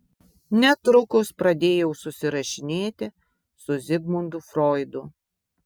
netrukus pradėjau susirašinėti su zigmundu froidu